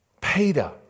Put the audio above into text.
Peter